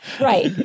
right